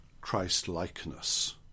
Christ-likeness